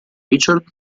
richard